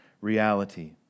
reality